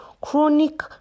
chronic